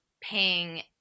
paying